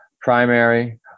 primary